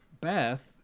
beth